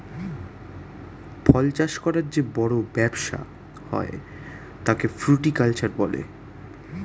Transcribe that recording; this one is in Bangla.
ফল চাষ করার যে বড় ব্যবসা হয় তাকে ফ্রুটিকালচার বলে